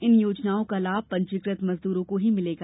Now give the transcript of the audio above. इन योजनाओं का लाभ पंजीकृत मजदूरों को मिलेगा